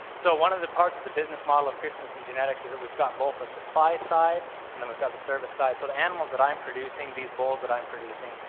so one of the parts of the business model of christensen genetics is that we've got both the supply side and then we've got the service side. so the animals that i'm producing, these bulls that i'm producing,